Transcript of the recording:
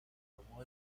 tomó